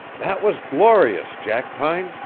that was glorious, jackpine!